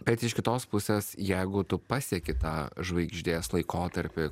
bet iš kitos pusės jeigu tu pasieki tą žvaigždės laikotarpį